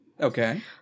Okay